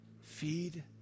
feed